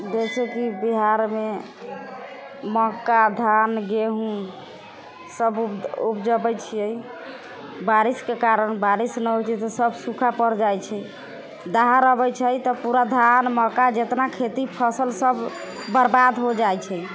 जइसेकि बिहारमे मक्का धान गेहूँ सब उपजबै छिए बारिशके कारण बारिश नहि होइ छै तऽ सब सुखा पड़ि जाइ छै दहार अबै छै तऽ पूरा धान मक्का जेतना खेती फसल सब बर्बाद हो जाइ छै